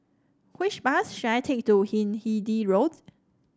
which bus should I take to Hindhede Road